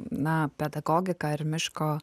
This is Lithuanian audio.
na pedagogiką ar miško